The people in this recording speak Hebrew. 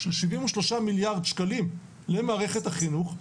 של שבעים ושלושה מיליארד שקלים למערכת החינוך,